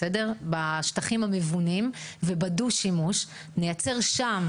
בשטחים הבנויים ובדו-שימוש נייצר שם,